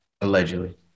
allegedly